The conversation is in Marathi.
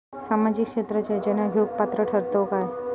सामाजिक क्षेत्राच्या योजना घेवुक पात्र ठरतव काय?